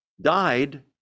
died